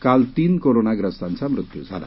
काल तीन कोरोनाग्रस्तांचा मृत्यु झाला